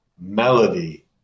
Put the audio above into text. melody